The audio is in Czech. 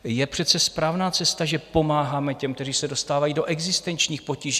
To je přece správná cesta, že pomáháme těm, kteří se dostávají do existenčních potíží.